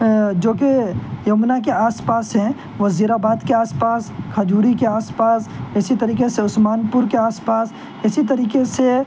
جوکہ یمنا کے آس پاس ہیں وزیرآباد کے آس پاس کھجوری کے آس پاس اسی طریقے سے عثمان پور کے آس پاس اسی طریقے سے